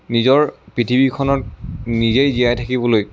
নিজৰ পৃথিৱীখনত নিজেই জীয়াই থাকিবলৈ